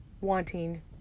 wanting